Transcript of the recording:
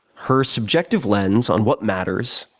her subjective lens on what matters.